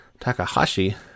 Takahashi